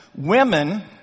Women